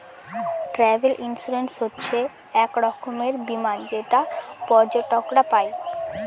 travel insurance হচ্ছে এক রকমের বীমা যেটা পর্যটকরা পাই